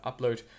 upload